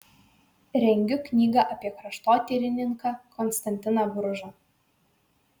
rengiu knygą apie kraštotyrininką konstantiną bružą